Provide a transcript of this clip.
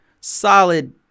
solid